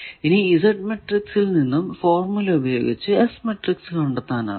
ഇനി ഈ Z മാട്രിക്സിൽ നിന്നും ഫോർമുല ഉപയോഗിച്ച് S മാട്രിക്സ് കണ്ടെത്താനാകും